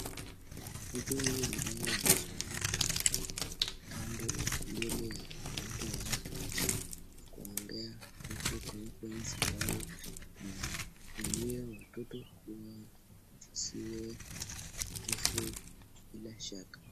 Mtu huyu ambaye amesimama kando mbele ya umati wa watu kisha kuongea kuhusu conference ambayo ina watoto kuwa wasiwe na nguvu bila shaka.